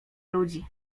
ludzi